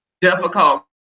difficult